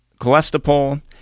cholesterol